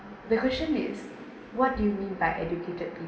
the question is what do you mean by educated people